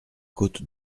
côte